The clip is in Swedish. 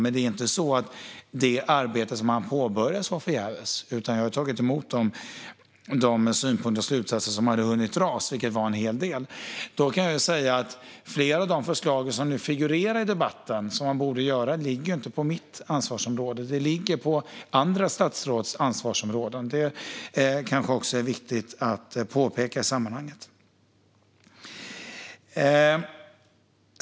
Men det är inte så att det arbete som hann påbörjas var förgäves. Jag har tagit emot synpunkter och de slutsatser som hade hunnit dras, vilket var en hel del. Jag kan ju säga att flera av de förslag som nu figurerar i debatten som något man borde genomföra inte ligger på mitt ansvarsområde utan på andra statsråds ansvarsområden. Det kanske också är viktigt att påpeka i sammanhanget.